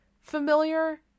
familiar